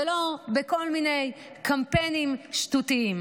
ולא בכל מיני קמפיינים שטותיים.